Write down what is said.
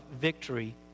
victory